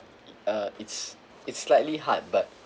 uh it's it's slightly hard but